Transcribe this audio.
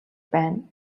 байна